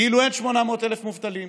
כאילו אין 800,000 מובטלים,